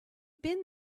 been